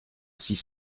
six